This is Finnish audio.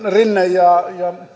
rinne ja